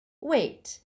Wait